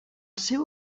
seu